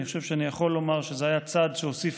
אני חושב שאני יכול לומר שזה היה צעד שהוסיף